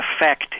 effect